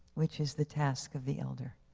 which is the task of the elder.